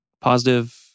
positive